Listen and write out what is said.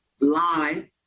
lie